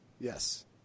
Yes